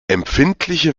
empfindliche